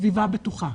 סביבה בטוחה.